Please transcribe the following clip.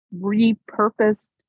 repurposed